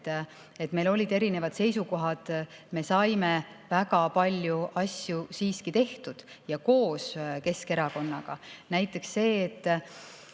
et meil olid erinevad seisukohad, me saime väga palju asju siiski tehtud koos Keskerakonnaga. Näiteks see, et